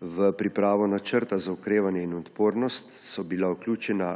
V pripravo načrta za okrevanje in odpornost so bila vključena